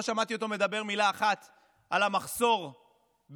לא שמעתי אותו מדבר מילה אחת על המחסור בצוותים,